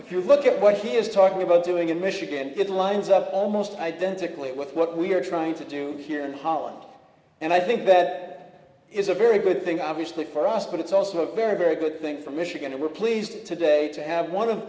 if you look at what he is talking about doing in michigan it lines up almost identically with what we're trying to do here in holland and i think that is a very good thing obviously for us but it's also a very very good thing for michigan and we're pleased today to have one of